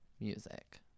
music